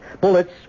Bullets